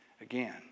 again